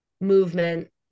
movement